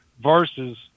versus